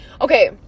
okay